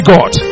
God